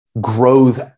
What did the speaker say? grows